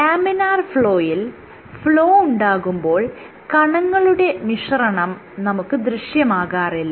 laminar ഫ്ലോയിൽ flow ഉണ്ടാകുമ്പോൾ കണങ്ങളുടെ മിശ്രണം നമുക്ക് ദൃശ്യമാകാറില്ല